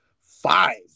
five